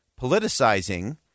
Politicizing